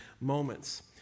moments